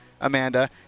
Amanda